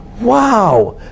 Wow